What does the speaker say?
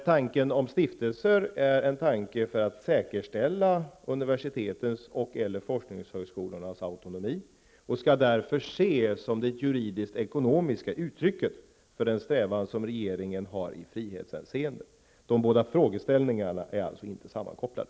Tanken om stiftelser är en tanke för att säkerställa universitetens och/eller forskningshögskolornas autonomi. Den skall därför ses som det juridiskt ekonomiska uttrycket för den strävan som regeringen har i frihetshänseende. De båda frågeställningarna är alltså inte sammankopplade.